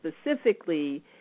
specifically